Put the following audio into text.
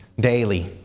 daily